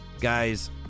Guys